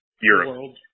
Europe